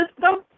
system